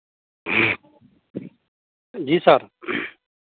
जी sir